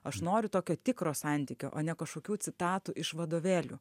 aš noriu tokio tikro santykio o ne kažkokių citatų iš vadovėlių